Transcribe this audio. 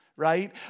right